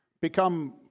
become